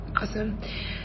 Awesome